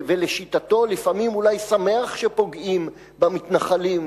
ולשיטתו לפעמים אולי שמח שפוגעים במתנחלים,